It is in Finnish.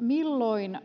Milloin